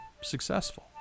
successful